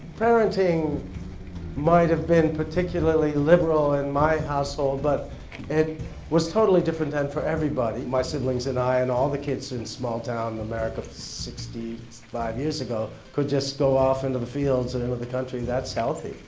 parenting might have been particularly liberal in and my household but it was totally different then for everybody. my siblings and i and all the kids in small town america sixty five years ago could just go off into the fields and enter the country, that's healthy.